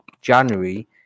January